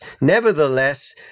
Nevertheless